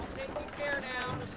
care, now.